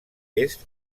est